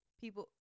People